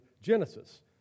Genesis